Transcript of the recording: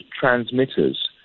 transmitters